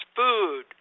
food